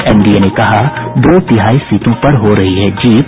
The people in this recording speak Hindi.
एनडीए ने कहा दो तिहाई सीटों पर हो रही है जीत